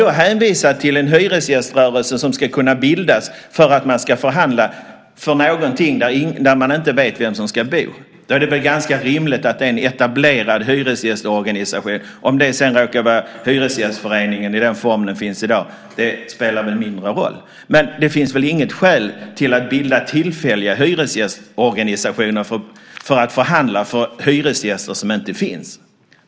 I stället för att en hyresgäströrelse ska bildas för att förhandla om någonting där man inte vet vem som ska bo vore det väl ganska rimligt om detta gjordes av en etablerad hyresgästorganisation. Om det sedan råkar vara Hyresgästföreningen i den form den har i dag spelar väl mindre roll, men det finns väl inget skäl att bilda tillfälliga hyresgästorganisationer för att förhandla för hyresgäster som inte finns.